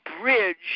bridge